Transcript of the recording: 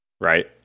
right